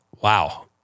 wow